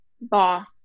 boss